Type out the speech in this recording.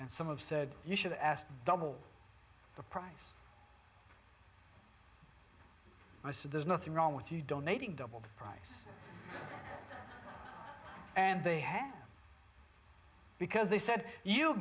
and some of said you should ask double the price most of there's nothing wrong with you donating double the price and they have because they said you